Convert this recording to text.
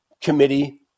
committee